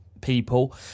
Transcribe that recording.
people